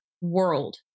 world